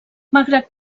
malgrat